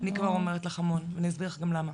אני כבר אומרת לך המון, אני אסביר לך גם למה.